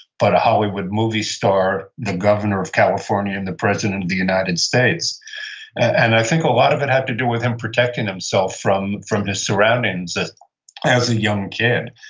but a hollywood movie star, the governor of california, and the president of the united states and i think a lot of it had to do with him protecting himself from from his surroundings as a young kid.